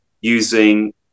using